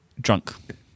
Drunk